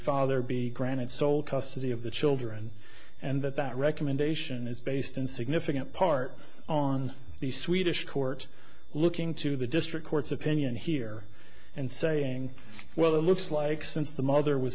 father be granted sole custody of the children and that that recommendation is based in significant part on the swedish court looking to the district court's opinion here and saying well it looks like since the mother was